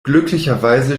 glücklicherweise